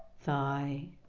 thigh